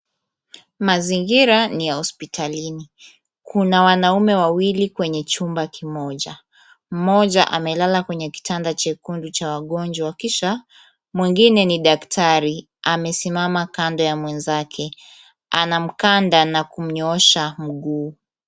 Mazingira ni ya hospitalini. Kuna wanaume wawili kwenye chumba kimoja. Mmoja amelala kwenye kitanda chekundu cha wagonjwa kisha mwingine ni daktari amesimama kando ya mwenzake. Anamkanda na kumnyoosha mguu.